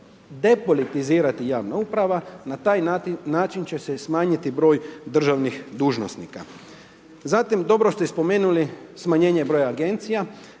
depolitizirati javna uprava, na taj način će se smanjiti broj državnih dužnosnika. Zatim, dobro ste i spomenuli smanjenje broja agencija,